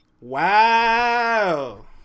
Wow